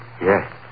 Yes